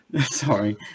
Sorry